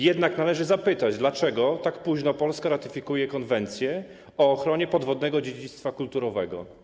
Jednak należy zapytać, dlaczego Polska tak późno ratyfikuje konwencję o ochronie podwodnego dziedzictwa kulturowego.